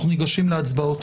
אנחנו ניגשים להצבעות.